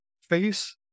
face